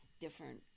different